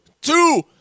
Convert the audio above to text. Two